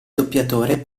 doppiatore